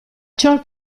ciò